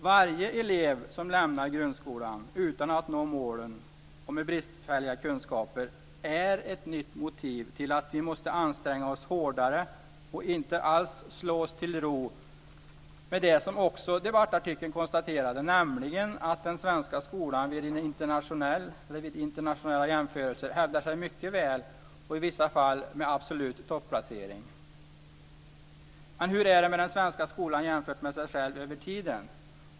Varje ny elev som lämnar grundskolan utan att nå målen och med bristfälliga kunskaper är ett nytt motiv till att vi måste anstränga oss hårdare och inte alls slå oss till ro med det som också i debattartikeln konstaterades, nämligen att den svenska skolan vid en internationell jämförelse hävdar sig mycket väl och i vissa fall med absolut topplacering. Men hur är det med den svenska skolan jämfört med sig själv över tiden?